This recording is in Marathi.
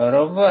बरोबर